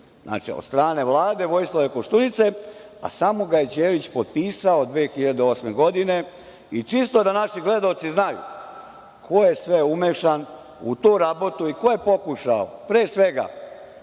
godine od strane Vojislava Koštunice, a samo ga je Đelić potpisao 2008. godine. Čisto da naši gledaoci znaju ko je sve umešan u tu rabotu i ko je pokušao pre svega